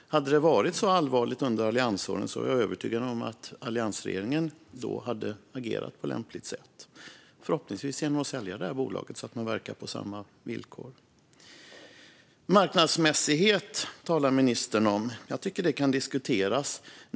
Hade det varit så allvarligt under alliansåren är jag övertygad om att alliansregeringen hade agerat på lämpligt sätt, förhoppningsvis genom att sälja bolaget så att det får verka på samma villkor. Marknadsmässighet talar ministern om. Jag tycker att det kan diskuteras.